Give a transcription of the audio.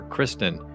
Kristen